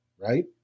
Right